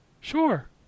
Sure